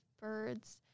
birds